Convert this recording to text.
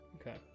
okay